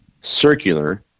circular